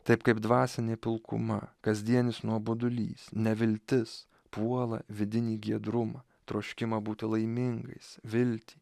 taip kaip dvasinė pilkuma kasdienis nuobodulys neviltis puola vidinį giedrumą troškimą būti laimingais viltį